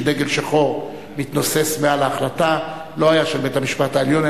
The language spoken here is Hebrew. דגל שחור שמתנוסס מעל ההחלטה לא היה של בית-המשפט העליון,